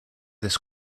this